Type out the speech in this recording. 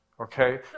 okay